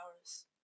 hours